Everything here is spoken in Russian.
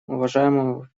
уважаемого